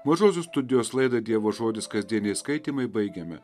mažosios studijos laidą dievo žodis kasdieniai skaitymai baigiame